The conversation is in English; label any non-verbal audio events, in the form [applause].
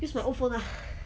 use my old phone lah [breath]